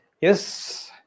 yes